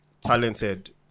talented